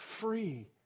free